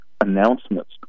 announcements